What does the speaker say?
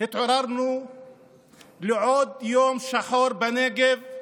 התעוררנו לעוד יום שחור בנגב,